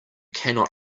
cannot